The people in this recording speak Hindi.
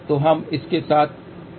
तो हम इसके साथ क्या बचा है